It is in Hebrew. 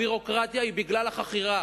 הביורוקרטיה היא בגלל החכירה,